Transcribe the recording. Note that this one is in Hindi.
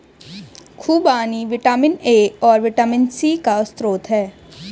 खूबानी विटामिन ए और विटामिन सी का स्रोत है